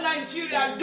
Nigeria